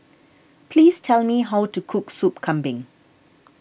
please tell me how to cook Sup Kambing